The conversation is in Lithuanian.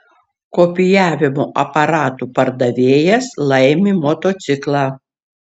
kopijavimo aparatų pardavėjas laimi motociklą